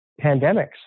pandemics